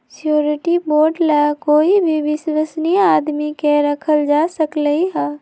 surety bond ला कोई भी विश्वस्नीय आदमी के रखल जा सकलई ह